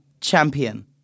champion